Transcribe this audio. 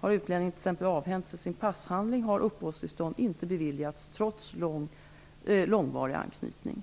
Har utlänningen t.ex. avhänt sig sin passhandling har uppehållstillstånd inte beviljats trots långvarig anknytning.